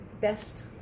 best